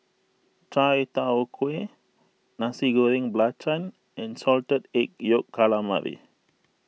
Chai Tow Kway Nasi Goreng Belacan and Salted Egg Yolk Calamari